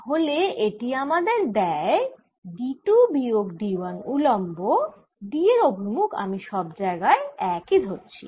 তাহলে এটি আমায় দেয় D 2 বিয়োগ D 1 উলম্ব D এর অভিমুখ আমি সব জায়গায় একই ধরছি